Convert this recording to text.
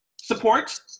support